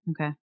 Okay